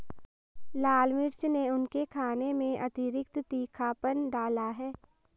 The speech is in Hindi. लाल मिर्च ने उनके खाने में अतिरिक्त तीखापन डाला है